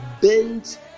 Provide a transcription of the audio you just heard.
bent